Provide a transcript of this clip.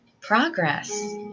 progress